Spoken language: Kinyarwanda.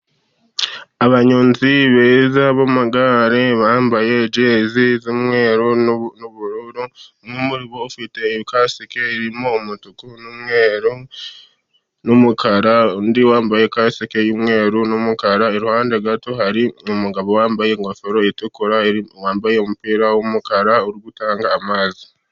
Abanyonzi beza b'amagare bambaye jezi z'umweru n'ubururu ufite kasike irimo umutuku n'umweru n'umukara, undi wambaye kasike y'umweru n'umukara. Iruhande gato hari umugabo wambaye ingofero itukura wambaye umupira w'umukara uri gutanga amazi.